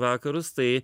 vakarus tai